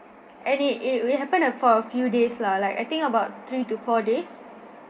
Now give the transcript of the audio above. and it it will happen uh for a few days lah like I think about three to four days